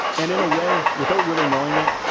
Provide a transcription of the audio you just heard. and in a way, without really knowing it,